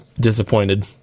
disappointed